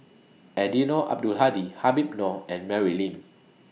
Eddino Abdul Hadi Habib Noh and Mary Lim